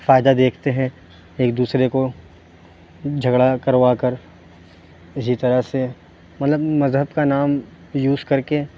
فائدہ دیکھتے ہیں ایک دوسرے کو جھگڑا کروا کر اِسی طرح سے مطلب مذہب کا نام یوز کر کے